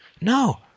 No